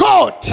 God